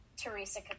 Teresa